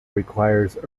requires